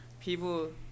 people